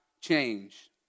change